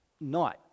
night